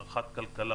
רח"ט הכלכלה,